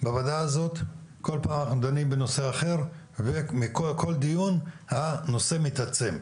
בוועדה הזו כל פעם אנחנו דנים בנושא אחר ומכל דיון הנושא מתעצם,